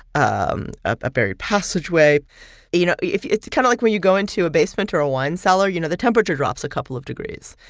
um a buried passageway you know, it's kind of like when you go into a basement or a wine cellar. you know, the temperature drops a couple of degrees.